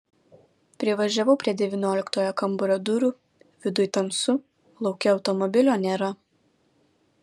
privažiavau prie devynioliktojo kambario durų viduj tamsu lauke automobilio nėra